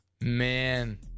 Man